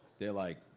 they're like,